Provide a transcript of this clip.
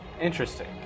Interesting